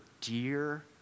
dear